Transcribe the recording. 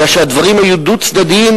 אלא שהדברים היו דו-צדדיים,